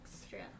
extra